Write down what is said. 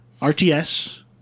rts